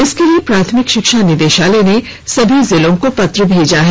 इसके लिए प्राथमिक शिक्षा निदेशालय ने सभी जिलों को पत्र भेजा है